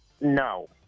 No